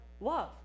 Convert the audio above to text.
Love